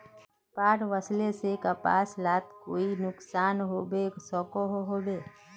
बाढ़ वस्ले से कपास लात कोई नुकसान होबे सकोहो होबे?